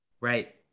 Right